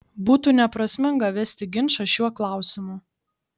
būtų neprasminga vesti ginčą šiuo klausimu